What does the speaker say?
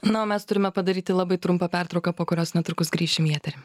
na o mes turime padaryti labai trumpą pertrauką po kurios netrukus grįšim į eterį